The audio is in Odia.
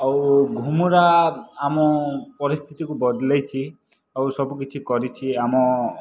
ଆଉ ଘୁମୁରା ଆମ ପରିସ୍ଥିତିକୁ ବଦଳାଇଛି ଆଉ ସବୁକିଛି କରିଛି ଆମ